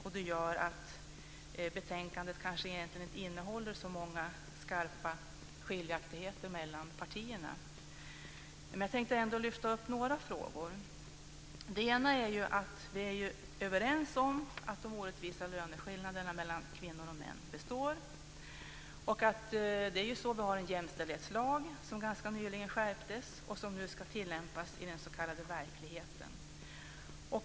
Detta gör att betänkandet kanske egentligen inte innehåller så många skarpa skiljaktigheter mellan partierna. Jag tänkte ändå lyfta fram några frågor. En sak gäller att vi ändå är överens om att de orättvisa löneskillnaderna mellan kvinnor och män består. Vi har en jämställdhetslag som ganska nyligen skärptes och som nu ska tillämpas i den s.k. verkligheten.